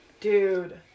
Dude